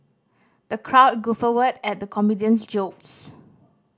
the crowd guffawed at the comedian's jokes